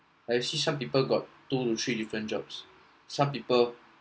like actually some people got two to three different jobs some people